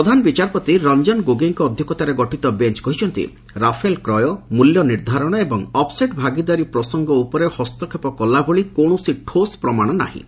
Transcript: ପ୍ରଧାନ ବିଚାରପତି ରଞ୍ଜନ ଗୋଗେଇଙ୍କ ଅଧ୍ୟକ୍ଷତାରେ ଗଠିତ ବେଞ୍ଚ କହିଛନ୍ତି ରାଫେଲ କ୍ୟ ମୂଲ୍ୟ ନିର୍ଦ୍ଧାରଣ ଏବଂ ଅଫସେଟ ଭାଗିଦାର ପ୍ରସଙ୍ଗ ଉପରେ ହସ୍ତକ୍ଷେପ କଲା ଭଳି କୌଣସି ଠୋସ ପ୍ରମାଣ ନାହିଁ